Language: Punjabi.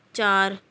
ਚਾਰ